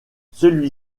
celui